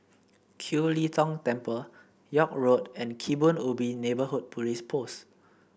Kiew Lee Tong Temple York Road and Kebun Ubi Neighbourhood Police Post